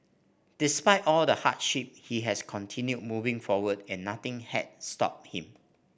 despite all the hardship he has continued moving forward and nothing has stopped him